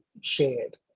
shared